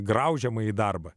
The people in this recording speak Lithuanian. graužiamąjį darbą